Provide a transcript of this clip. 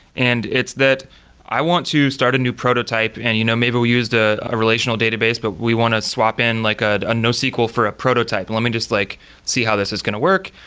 and it's that i want to start a new prototype and you know maybe we used a a relational database, but we want to swap in like a a nosql for a prototype. let me just like see how this is going to work.